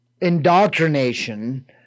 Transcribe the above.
indoctrination